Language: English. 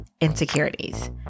insecurities